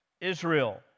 Israel